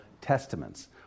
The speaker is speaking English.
testaments